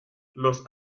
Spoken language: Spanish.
los